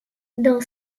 dans